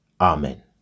Amen